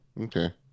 Okay